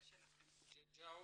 ג'ג'או,